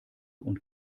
und